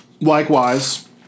Likewise